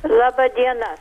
laba diena